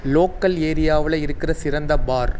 local ஏரியாவில் இருக்கிற சிறந்த பார்